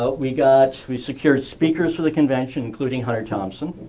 but we got we secured speakers for the convention including hunter thompson.